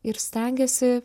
ir stengiesi